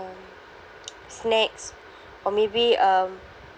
uh snacks or maybe um